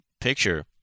picture